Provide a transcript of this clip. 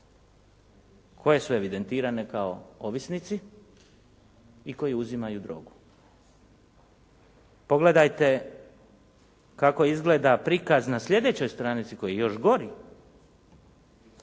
koje su evidentirane kao ovisnici i koje uzimaju drogu. Pogledajte kako izgleda prikaz na sljedećoj stranici koji je još gori,